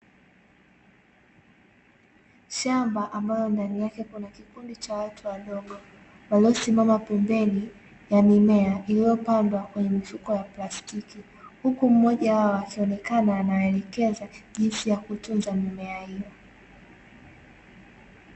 Shamba ambalo ndani yake kuna kikundi cha watu wadogo, waliosimama pembeni ya mimea iliyopandwa kwenye mifuko ya plastiki. Huku mmoja wao akionekana anawaelekeza jinsi ya kutunza mimiea hiyo.